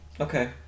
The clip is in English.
okay